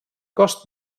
cost